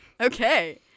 okay